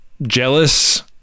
Jealous